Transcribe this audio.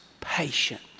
patient